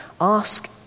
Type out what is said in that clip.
Ask